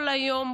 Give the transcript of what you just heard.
כל היום,